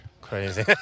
crazy